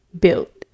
built